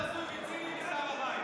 לא היה דבר יותר הזוי וציני משר המים.